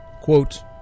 Quote